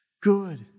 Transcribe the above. good